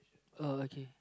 uh okay